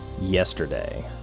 yesterday